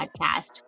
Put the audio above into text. podcast